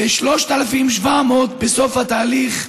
ו-3,700 בסוף התהליך,